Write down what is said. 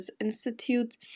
Institute